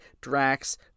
Drax